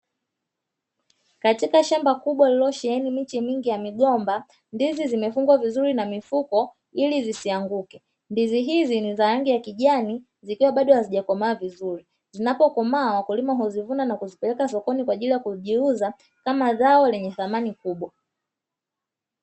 kKatika shamba kubwa lolosheni miche mingi ya migomba ndizi zimefungwa vizuri na mifuko ili zisianguke ndizi hizi hizi ni za rangi ya kijani zikiwa bado hazijakomaa vizuri zinapokomaa wakulima huzivuna na kuzipeleka sokoni kwa ajili ya kujiuza kama zao lenye thamani kubwa.